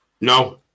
No